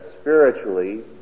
spiritually